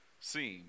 seem